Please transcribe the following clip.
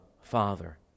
Father